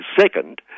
second